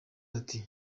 ati